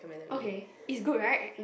okay is good right